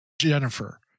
Jennifer